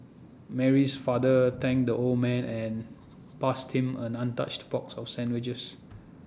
Mary's father thanked the old man and passed him an untouched box of sandwiches